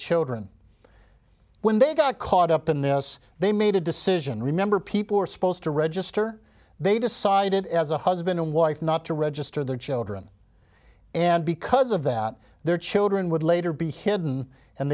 children when they got caught up in this they made a decision remember people were supposed to register they decided as a husband and wife not to register their children and because of that their children would later be hidden and